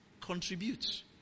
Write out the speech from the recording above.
contribute